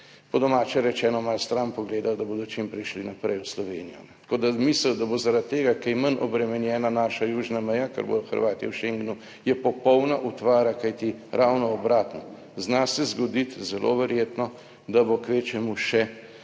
po domače rečeno, malo stran pogledali, da bodo čim prej šli naprej v Slovenijo. Tako da, mislijo da bo zaradi tega kaj manj obremenjena naša južna meja, ker bodo Hrvatje v Schengenu, je popolna utvara, kajti ravno obratno, zna se zgoditi, zelo verjetno, da bo kvečjemu še